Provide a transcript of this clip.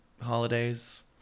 holidays